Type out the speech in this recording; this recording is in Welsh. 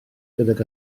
gydag